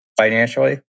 financially